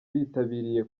bitabiriye